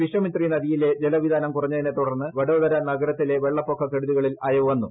വിശ്വമിത്രി നദിയിലെ ജലവിതാനം കുറഞ്ഞതിനെ തുടർന്ന് വഡോദര നഗരത്തിലെ വെള്ളപ്പൊക്ക കെടുതികളിൽ അയവ് വന്നു